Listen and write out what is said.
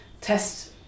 Test